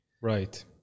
Right